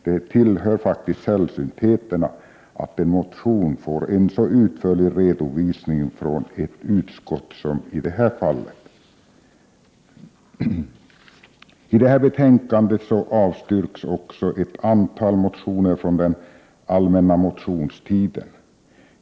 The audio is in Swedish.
Det tillhör faktiskt sällsyntheterna att en motion får en så utförlig redovisning från ett utskott som i det här fallet. I detta betänkande avstyrks också ett antal motioner från den allmänna motionstiden.